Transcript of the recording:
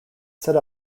set